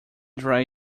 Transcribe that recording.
dry